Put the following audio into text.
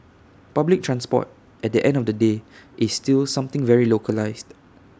public transport at the end of the day is still something very localised